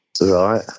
Right